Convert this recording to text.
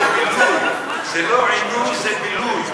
זה לא עינוי, זה בילוי.